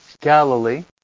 Galilee